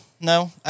no